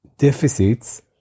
deficits